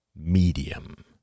medium